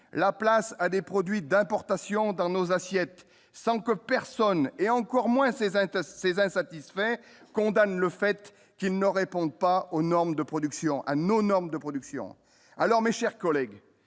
la place à des produits d'importation dans nos assiettes sans que personne, et encore moins ses intérêts ces insatisfaits condamne le fait qu'il ne répondent pas aux normes de production à nos normes de production alors, mes chers collègues,